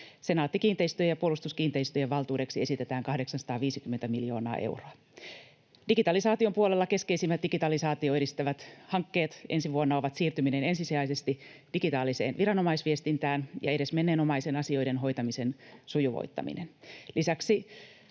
Senaatti-kiinteistöjen ja Puolustuskiinteistöjen valtuudeksi esitetään 850 miljoonaa euroa. Digitalisaation puolella keskeisimmät digitalisaatiota edistävät hankkeet ensi vuonna ovat siirtyminen ensisijaisesti digitaaliseen viranomaisviestintään ja edesmenneen omaisen asioiden hoitamisen sujuvoittaminen. Lisäksi